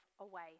away